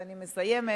ואני מסיימת.